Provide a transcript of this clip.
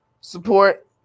support